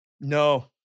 No